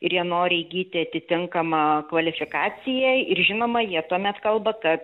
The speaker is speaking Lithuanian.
ir jie nori įgyti atitinkamą kvalifikaciją ir žinoma jie tuomet kalba ta